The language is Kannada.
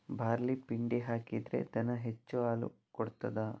ಬಾರ್ಲಿ ಪಿಂಡಿ ಹಾಕಿದ್ರೆ ದನ ಹೆಚ್ಚು ಹಾಲು ಕೊಡ್ತಾದ?